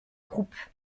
croupe